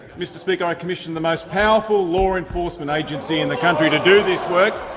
mr speaker, i commissioned the most powerful law enforcement agency in the country to do this work,